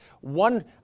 One